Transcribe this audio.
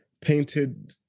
painted